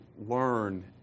learn